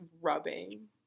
rubbing